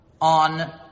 on